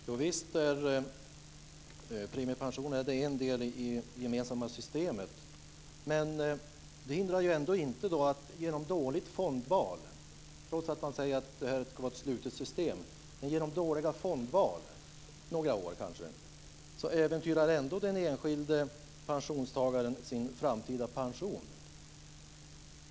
Fru talman! Visst är premiepensionen en del i det gemensamma systemet. Det hindrar inte att, trots att det ska vara ett slutet system, den enskilde pensionstagaren genom dåliga fondval under några år äventyrar sin framtida pension.